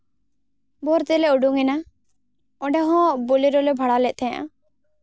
ᱵᱷᱳᱨ ᱛᱮᱞᱮ ᱩᱰᱩᱠᱮᱱᱟ ᱚᱸᱰᱮ ᱦᱚᱸ ᱵᱳᱞᱮᱨᱳ ᱞᱮ ᱵᱷᱟᱲᱟ ᱞᱮᱜ ᱛᱟᱦᱮᱱᱟ